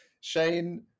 Shane